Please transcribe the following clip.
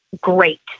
great